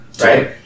right